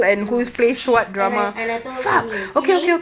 no she and I and I told tini tini